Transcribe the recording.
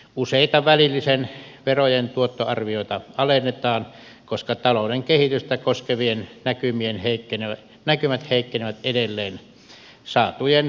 useita välillisten verojen tuottoarvioita alennetaan koska talouden kehitystä koskevat näkymät heikkenevät edelleen saatujen verokertymätietojen mukaan